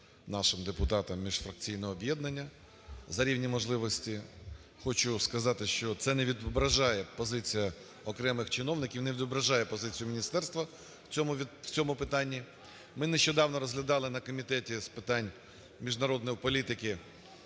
нашим депутатам Міжфракційного об'єднання "Рівні можливості". Хочу сказати, що це не відображає, позиція окремих чиновників не відображає позицію міністерства в цьому питанні. Ми нещодавно розглядали на Комітеті з питань міжнародної політики